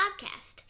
Podcast